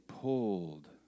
pulled